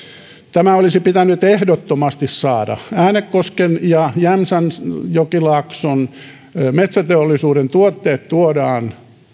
tämä olisi pitänyt ehdottomasti saada äänekosken ja jämsänjokilaakson metsäteollisuuden tuotteet tuodaan